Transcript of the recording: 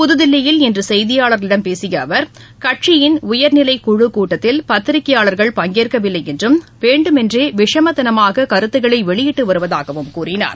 புதுதில்லியில் இன்று செய்தியாளர்களிடம் பேசிய அவர் கட்சியின் உயர்நிலைக்குழுக் கூட்டத்தில் பத்திரிகையாளர்கள் பங்கேற்கவில்லை என்றும் வேண்டுமென்றே விஷமத்தனமாக கருத்துக்களை வெளியிட்டு வருவதாகவும் கூறினார்